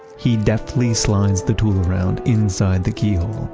he deftly slides the tool around inside the keyhole,